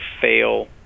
fail